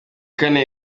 kane